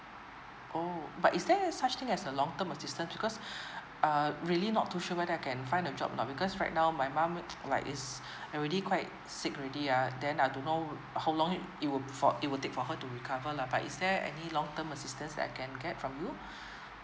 orh but is there a such thing as a long term assistance because uh really not too sure whether I can find a job or not because right now my mum like is already quite sick already ya then I don't know how long it it would for it will take for her to recover lah but is there any long term assistance that I can get from you